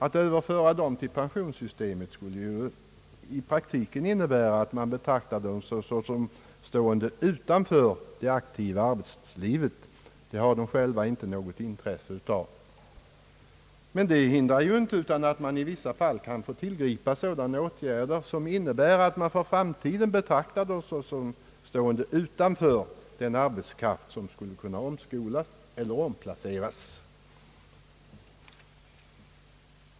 Att överföra sådana människor till pensionssystemet skulle i praktiken innebära att man anser dem stå utanför det aktiva arbetslivet, något som de själva inte har intresse av. Men det hindrar ju inte att man i vissa fall kan få tillgripa sådana åtgärder som innebär att man för framtiden betraktar dem såsom stående utanför den arbetskraft som skulle kunna omskolas eller omplaceras.